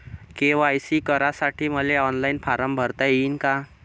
KYC करासाठी मले online form भरता येईन का?